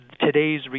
today's